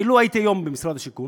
אילו הייתי היום במשרד השיכון,